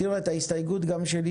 שמעתם פה גם את ההסתייגות שלי,